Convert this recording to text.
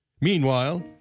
Meanwhile